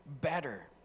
better